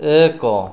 ଏକ